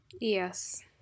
yes